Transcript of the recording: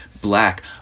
black